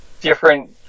different